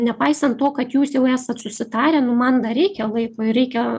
nepaisan to kad jūs jau esat susitarę nu man dar reikia laiko ir reikia